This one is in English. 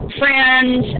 friends